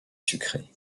sucrée